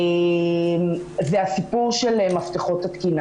זה הסיפור של מפתחות התקינה.